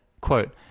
Quote